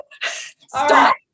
Stop